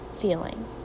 feeling